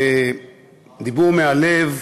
ודיבור מהלב,